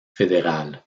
fédérale